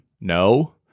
no